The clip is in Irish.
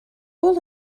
bhfuil